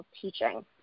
teaching